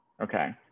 Okay